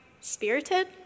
spirited